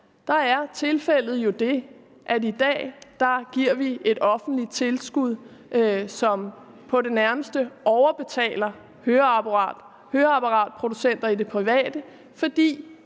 Der er tilfældet jo det, at vi i dag giver et offentligt tilskud som på det nærmeste overbetaler høreapparatproducenter inden for det private, fordi